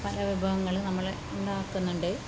പല വിഭവങ്ങൾ നമ്മൾ ഉണ്ടാക്കുന്നുണ്ട്